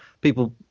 people